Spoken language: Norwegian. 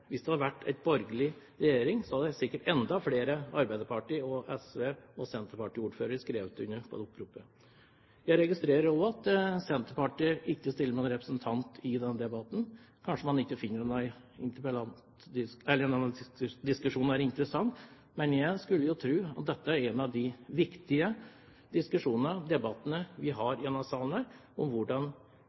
borgerlig regjering, hadde sikkert enda flere arbeiderpartiordførere, SV-ordførere og senterpartiordførere skrevet under på det oppropet. Jeg registrerer at Senterpartiet ikke stiller med noen representant i denne debatten. Kanskje man ikke finner at diskusjonen er interessant. Men jeg skulle tro at dette er en av de viktige diskusjonene og debattene vi har i denne salen om hvordan